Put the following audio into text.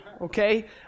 okay